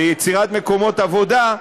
ביצירת מקומות עבודה,